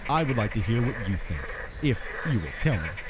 i would like to hear what you think, if you will tell me,